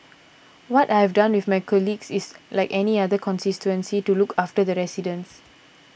what I've done with my colleagues is like any other constituency to look after the residents